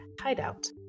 hideout